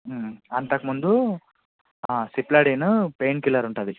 అంతకుముందు సిప్లడైన్ పెయిన్కిల్లర్ ఉంటుంది